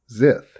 Zith